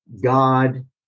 God